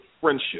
Friendship